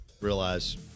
realize